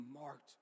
marked